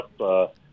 up